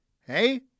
Hey